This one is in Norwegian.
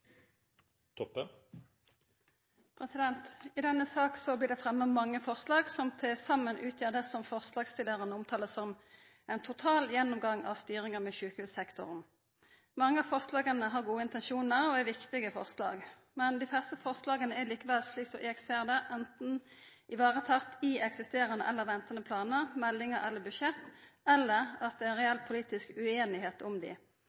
våre. I denne saka blir det fremma mange forslag, som til saman utgjer det som forslagsstillarane omtalar som «en total gjennomgang av styringen med sykehussektoren». Mange av forslaga har gode intensjonar og er viktige, men dei fleste forslaga er likevel, slik eg ser det, enten varetatt i eksisterande eller ventande planar, meldingar eller budsjett, eller det er reell politisk ueinigheit om dei.